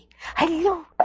Hello